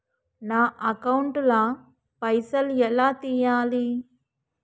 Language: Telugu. నా అకౌంట్ ల పైసల్ ఎలా తీయాలి?